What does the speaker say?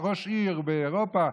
או ראש עיר באירופה,